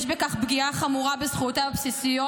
יש בכך פגיעה חמורה בזכויותיו הבסיסיות